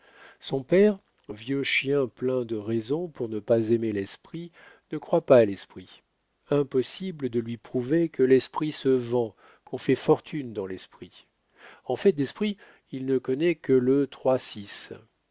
son père vieux chien plein de raisons pour ne pas aimer l'esprit ne croit pas à l'esprit impossible de lui prouver que l'esprit se vend qu'on fait fortune dans l'esprit en fait d'esprit il ne connaît que le